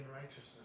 righteousness